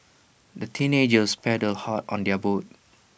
the teenagers paddled hard on their boat